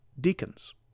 deacons